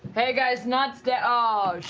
hey guys, nott's down oh shit.